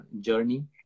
journey